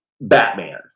Batman